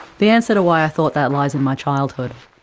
the answer to why i thought that lies in my childhood.